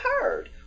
heard